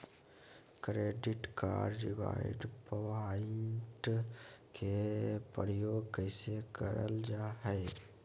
Credit card reward point के प्रयोग कैसे करल जा है?